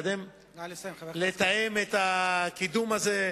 לתאם את הקידום הזה,